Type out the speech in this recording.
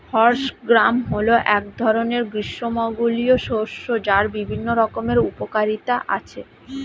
horse gram হল এক ধরনের গ্রীষ্মমণ্ডলীয় শস্য যার বিভিন্ন রকমের উপকারিতা আছে